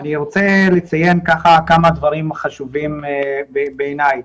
אני רוצה לציין כמה דברים חשובים בעיניי.